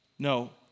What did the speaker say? No